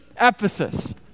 Ephesus